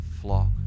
flock